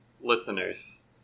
listeners